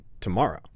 tomorrow